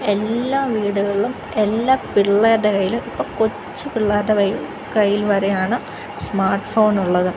എല്ലാ വീടുകളിലും എല്ലാ പിള്ളേരുടെ കയ്യിലും ഇപ്പോൾ കൊച്ചു പിള്ളേരുടെ കയ്യിൽ വരെയാണ് സ്മാർട്ട് ഫോൺ ഉള്ളത്